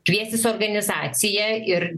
kviestis organizaciją ir